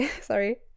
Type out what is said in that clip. Sorry